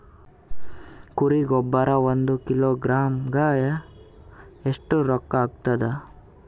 ಕುರಿ ಗೊಬ್ಬರ ಒಂದು ಕಿಲೋಗ್ರಾಂ ಗ ಎಷ್ಟ ರೂಕ್ಕಾಗ್ತದ?